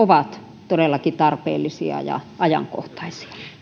ovat todellakin tarpeellisia ja ajankohtaisia